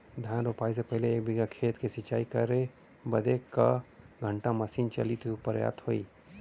धान रोपाई से पहिले एक बिघा खेत के सिंचाई करे बदे क घंटा मशीन चली तू पर्याप्त होई?